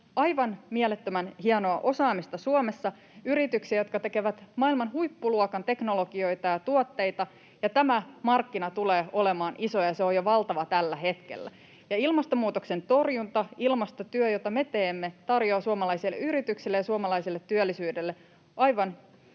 aivan mielettömän hienoa osaamista Suomessa, yrityksiä, jotka tekevät maailman huippuluokan teknologioita ja tuotteita. Tämä markkina tulee olemaan iso, ja se on jo valtava tällä hetkellä, ja ilmastonmuutoksen torjunta, ilmastotyö, jota me teemme, tarjoaa suomalaisille yrityksille ja suomalaiselle työllisyydelle